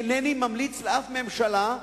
אינני ממליץ לשום ממשלה,